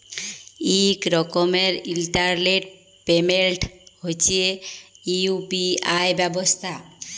ইক রকমের internet payment হছে ইউ.পি.আই ব্যবস্থা